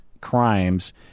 crimes